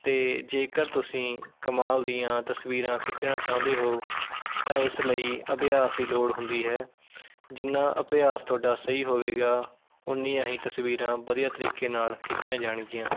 ਅਤੇ ਜੇਕਰ ਤੁਸੀਂ ਕਮਾਲ ਦੀਆਂ ਤਸਵੀਰਾਂ ਖਿੱਚਣਾ ਚਾਹੁੰਦੇ ਹੋ ਤਾਂ ਇਸ ਲਈ ਅਭਿਆਸ ਦੀ ਲੋੜ ਹੁੰਦੀ ਹੈ ਜਿੰਨਾਂ ਅਭਿਆਸ ਤੁਹਾਡਾ ਸਹੀ ਹੋਵੇਗਾ ਉਨੀਆਂ ਹੀ ਤਸਵੀਰਾਂ ਵਧੀਆ ਤਰੀਕੇ ਨਾਲ਼ ਖਿੱਚੀਆਂ ਜਾਣਗੀਆਂ